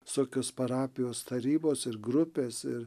visokios parapijos tarybos ir grupės ir